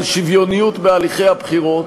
של שוויוניות בהליכי הבחירות.